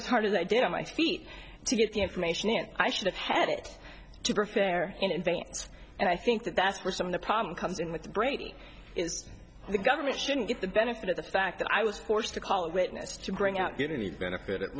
as hard as i did on my feet to get the information in i should have had it to prepare in advance and i think that that's where some of the problem comes in with the brady the government shouldn't get the benefit of the fact that i was forced to call a witness to bring out get any benefit it